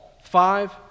Five